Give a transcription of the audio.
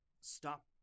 stop